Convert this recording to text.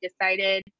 decided